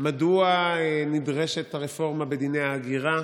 מדוע נדרשת הרפורמה בדיני ההגירה,